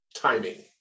Timing